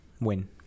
win